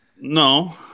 no